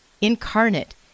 incarnate